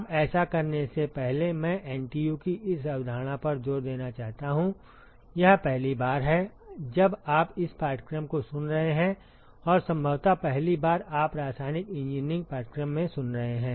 अब ऐसा करने से पहले मैं एनटीयू की इस अवधारणा पर जोर देना चाहता हूं यह पहली बार है जब आप इस पाठ्यक्रम को सुन रहे हैं और संभवत पहली बार आप रासायनिक इंजीनियरिंग पाठ्यक्रम में सुन रहे हैं